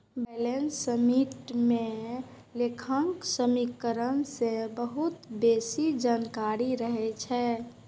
balance sheet मे लेखांकन समीकरण सं बहुत बेसी जानकारी रहै छै